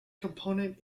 component